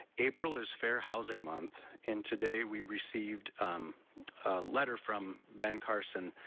april is fair housing month, and today we received a letter from ben carson,